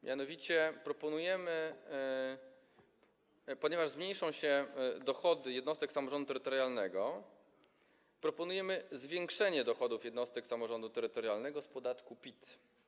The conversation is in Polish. Mianowicie, ponieważ zmniejszą się dochody jednostek samorządu terytorialnego, proponujemy zwiększenie dochodów jednostek samorządu terytorialnego z podatku PIT.